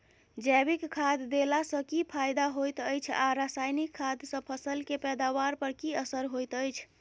जैविक खाद देला सॅ की फायदा होयत अछि आ रसायनिक खाद सॅ फसल के पैदावार पर की असर होयत अछि?